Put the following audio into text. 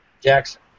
Jackson